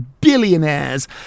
billionaires